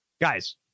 Guys